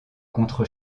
contre